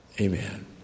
amen